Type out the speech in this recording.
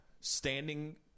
standing